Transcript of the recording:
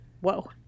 Whoa